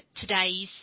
today's